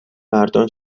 مردان